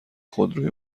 خودروی